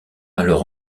alors